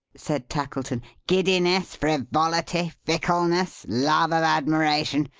said tackleton. giddiness, frivolity, fickleness, love of admiration!